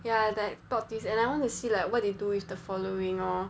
ya the plot twist and I want to see like what they do with the following lor